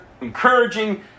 encouraging